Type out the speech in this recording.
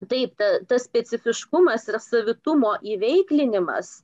taip tas specifiškumas ir savitumo įveiklinimas